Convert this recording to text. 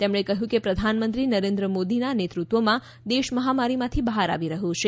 તેમણે કહ્યું કે પ્રધાનમંત્રી નરેન્દ્ર મોદીના નેતૃત્વમાં દેશ મહામારીમાંથી બહાર આવી રહ્યો છે